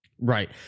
Right